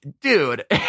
dude